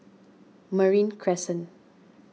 Marine Crescent